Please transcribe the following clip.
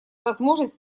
возможность